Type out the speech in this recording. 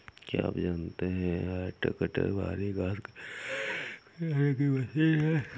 क्या आप जानते है हैज कटर भारी घांस काटने की मशीन है